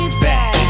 back